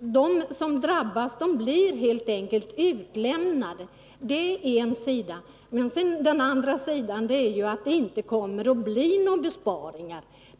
de som får sina förhållanden granskade helt enkelt blir utlämnade är en sida av saken. Den andra sidan är att det inte kommer att bli några besparingar.